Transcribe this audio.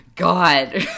God